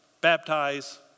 baptize